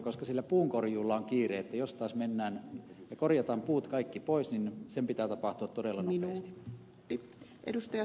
koska sillä puun korjuulla on kiire että jos mennään ja korjataan puut pois niin sen pitää tapahtua todella nopeasti